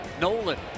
Nolan